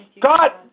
God